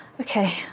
Okay